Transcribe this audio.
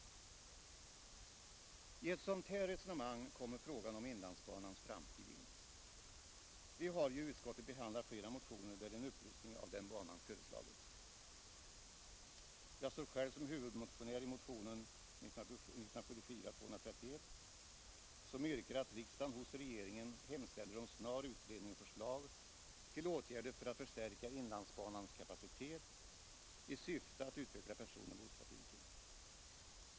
I ett sådant resonemang kommer frågan om inlandsbanans framtid in. Vi har i utskottet behandlat flera motioner där en upprustning av den banan föreslagits. Jag står själv som huvudmotionär för motionen 1974:231, som yrkar att riksdagen hos regeringen hemställer om snar utredning och förslag till åtgärder för att förstärka inlandsbanans kapacitet i syfte att utveckla personoch godstrafiken.